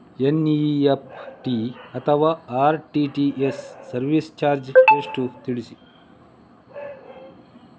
NEFT ಅಥವಾ RTGS service charge ಎಷ್ಟು?